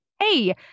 hey